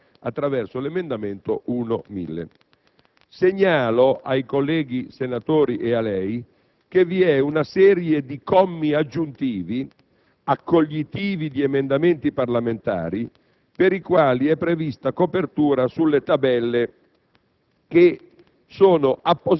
così come riscritta attraverso l'emendamento 1.1000. Segnalo ai colleghi senatori e a lei, signor Presidente, che vi è una serie di commi aggiuntivi, accoglitivi di emendamenti parlamentari, per i quali è prevista copertura sulle tabelle che